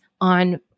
on